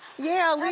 yeah, like